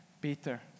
Peter